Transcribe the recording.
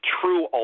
true